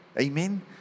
Amen